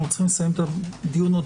עלינו לסיים את הדיון.